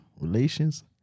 relations